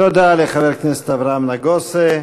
תודה לחבר הכנסת אברהם נגוסה.